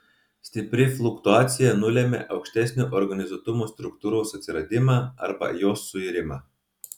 stipri fluktuacija nulemia aukštesnio organizuotumo struktūros atsiradimą arba jos suirimą